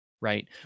right